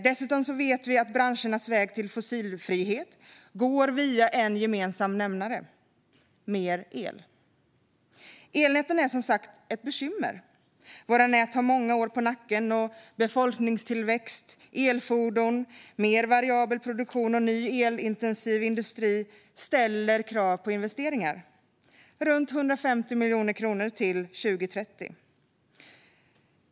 Dessutom vet vi att branschernas väg till fossilfrihet går via en gemensam nämnare: mer el. Elnäten är som sagt ett bekymmer. Våra nät har många år på nacken. Befolkningstillväxt, elfordon, mer variabel produktion och ny elintensiv industri ställer krav på investeringar - runt 150 miljarder kronor till 2030.